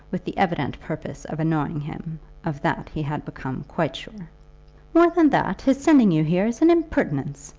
with the evident purpose of annoying him of that he had become quite sure more than that, his sending you here is an impertinence.